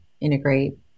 integrate